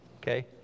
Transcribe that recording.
okay